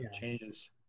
changes